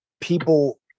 People